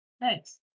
Nice